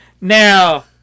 Now